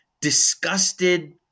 disgusted